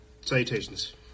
Salutations